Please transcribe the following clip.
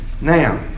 now